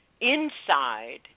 inside